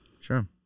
sure